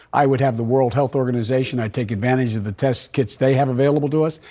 i would have the world health organization. i'd take advantage of the test kits they have available to us.